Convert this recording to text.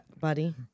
Buddy